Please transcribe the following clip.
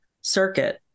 circuit